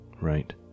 right